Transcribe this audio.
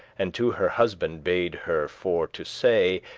and to her husband bade her for to say,